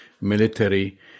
military